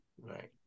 Right